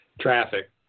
traffic